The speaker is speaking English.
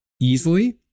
easily